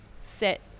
sit